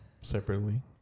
separately